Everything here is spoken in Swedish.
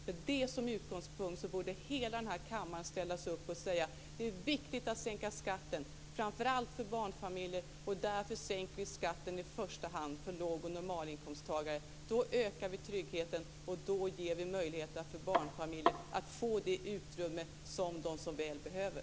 Med det som utgångspunkt borde hela denna kammare ställa sig upp och säga att det är viktigt att sänka skatten, framför allt för barnfamiljer, och att vi därför sänker skatten i första hand för låg och normalinkomsttagare. Då ökar vi tryggheten, och då ger vi möjligheter för barnfamiljer att få det utrymme som de så väl behöver.